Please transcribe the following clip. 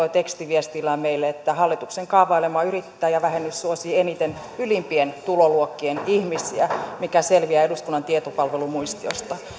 sttkin kertoi tekstiviestillään meille että hallituksen kaavailema yrittäjävähennys suosii eniten ylimpien tuloluokkien ihmisiä mikä selviää eduskunnan tietopalvelun muistiosta